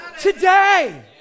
today